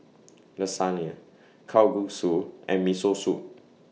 Lasagne Kalguksu and Miso Soup